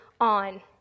on